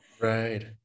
Right